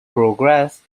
progress